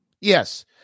Yes